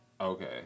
Okay